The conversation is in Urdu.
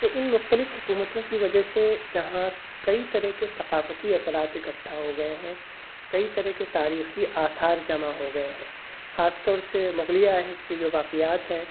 تو ان مختلف حکومتوں کی وجہ سے یہاں کئی طرح کے ثقافتی اثرات اکٹھا ہو گئے ہیں کئی طرح کے تاریخی آثار جمع ہو گئے ہیں خاص طور سے مغلیہ عہد کی جو باقیات ہیں